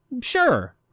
Sure